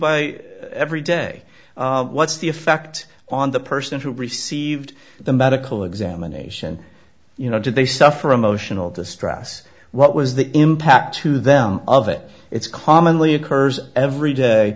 by every day what's the effect on the person who received the medical examination you know did they suffer emotional distress what was the impact to them of it it's commonly occurs every day